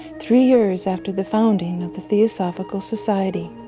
three years after the founding of the theosophical society.